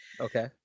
okay